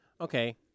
Okay